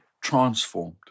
transformed